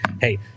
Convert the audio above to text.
hey